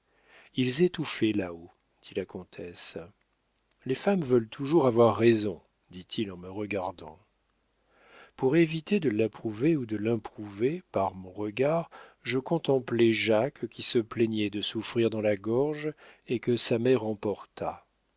ils étouffaient là-haut dit la comtesse les femmes veulent toujours avoir raison dit-il en me regardant pour éviter de l'approuver ou de l'improuver par mon regard je contemplais jacques qui se plaignait de souffrir dans la gorge et que sa mère emporta